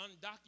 undocumented